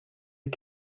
est